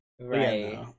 Right